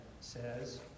says